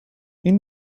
این